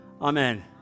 Amen